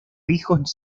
hijos